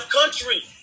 country